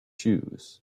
shoes